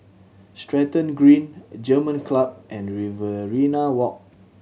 Stratton Green German Club and Riverina Walk